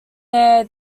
their